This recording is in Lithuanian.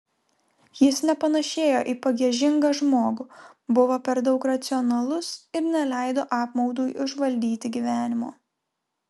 jis nepanėšėjo į pagiežingą žmogų buvo per daug racionalus ir neleido apmaudui užvaldyti gyvenimo